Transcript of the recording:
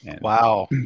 Wow